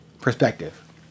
perspective